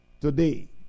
today